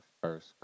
first